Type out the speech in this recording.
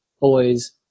boys